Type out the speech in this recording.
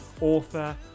author